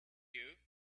you